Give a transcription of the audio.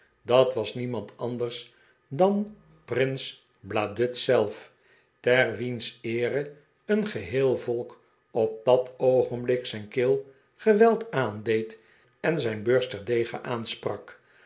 dat was niemand anders dan prins bladud zelf ter wiens eere een geheel volk op dat oogenblik zijn keel geweld aandeed en zijn beurs terdege aansprak